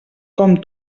com